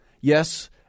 yes